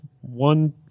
One